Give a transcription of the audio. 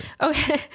Okay